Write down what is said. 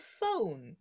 phone